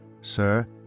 Sir